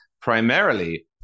primarily